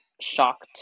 shocked